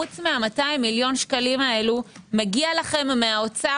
חוץ מה-200 מיליון שקלים האלה מגיע לכם מהאוצר